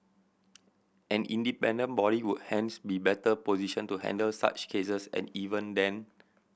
an independent body would hence be better positioned to handle such cases and even then